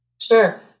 Sure